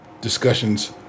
discussions